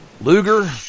Luger